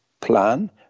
plan